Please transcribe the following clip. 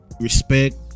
respect